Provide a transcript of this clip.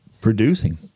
producing